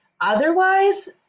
otherwise